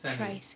cris~